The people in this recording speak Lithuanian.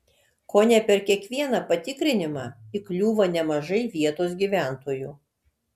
kone per kiekvieną patikrinimą įkliūva nemažai vietos gyventojų